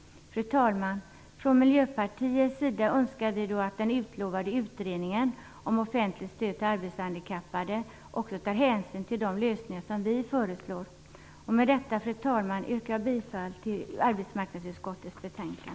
Fru talman! Från Miljöpartiets sida önskar vi att den utlovade utredningen om offentligt stöd till arbetshandikappade också tar hänsyn till de lösningar som vi föreslår. Med detta, fru talman, yrkar jag bifall till arbetsmarknadsutskottets hemställan.